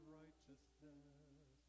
righteousness